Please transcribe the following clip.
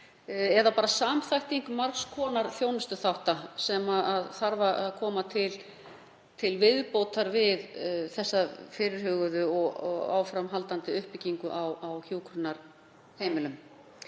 eða bara samþætting margs konar þjónustuþátta sem þarf að koma til viðbótar við fyrirhugaða og áframhaldandi uppbyggingu á hjúkrunarheimilum.